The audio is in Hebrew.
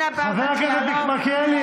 חבר הכנסת מלכיאלי,